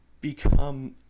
become